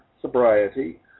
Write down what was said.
Sobriety